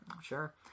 sure